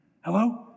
Hello